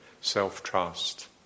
self-trust